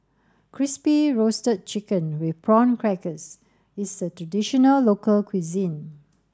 crispy roasted chicken with prawn crackers is a traditional local cuisine